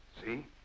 See